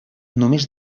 només